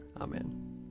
Amen